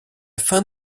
fin